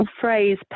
phrase